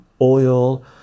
oil